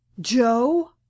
joe